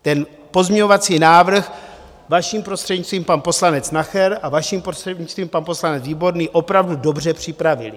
Ten pozměňovací návrh, vaším prostřednictvím, pan poslanec Nacher a, vaším prostřednictvím, pan poslanec Výborný, opravdu dobře připravili.